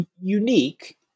unique